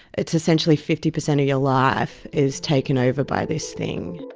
it's essentially fifty percent of your life is taken over by this thing.